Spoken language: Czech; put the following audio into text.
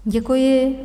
Děkuji.